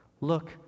Look